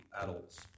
adults